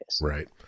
right